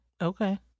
Okay